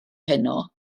heno